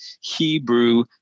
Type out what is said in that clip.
Hebrew